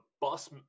bus